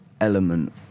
element